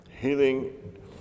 healing